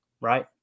right